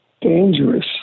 dangerous